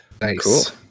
Nice